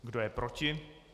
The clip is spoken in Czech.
Kdo je proti?